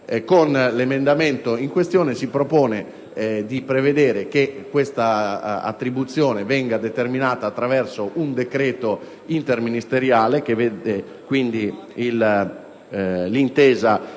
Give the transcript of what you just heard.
Con l'emendamento in questione si propone pertanto di prevedere che tale attribuzione venga determinata attraverso un decreto interministeriale (che vede quindi il